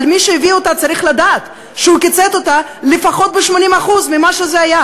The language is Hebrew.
אבל מי שהביא אותה צריך לדעת שהוא קיצץ אותה לפחות ב-80% ממה שהיה.